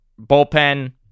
Bullpen